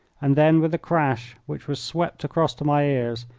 and then, with a crash which was swept across to my ears,